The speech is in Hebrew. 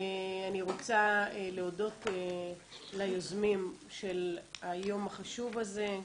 אני רוצה להודות ליוזמים של היום החשוב הזה.